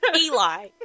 Eli